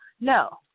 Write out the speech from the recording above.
No